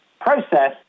process